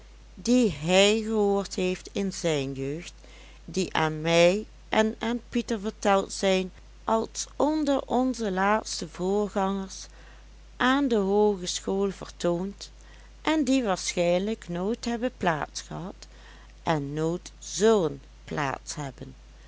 die hij gehoord heeft in zijn jeugd die aan mij en aan pieter verteld zijn als onder onze laatste voorgangers aan de hoogeschool vertoond en die waarschijnlijk nooit hebben plaats gehad en nooit zullen plaats hebben